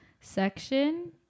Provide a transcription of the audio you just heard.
section